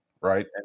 right